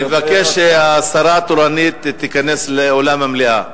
נבקש שהשרה התורנית תיכנס לאולם המליאה.